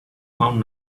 found